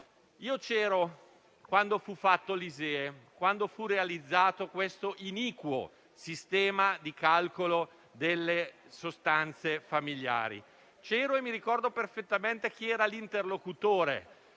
Io c'ero quando fu introdotto l'ISEE, quando fu realizzato questo iniquo sistema di calcolo delle sostanze familiari; c'ero e ricordo perfettamente chi era l'interlocutore